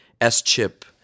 S-chip